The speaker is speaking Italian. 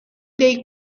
dei